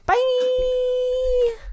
Bye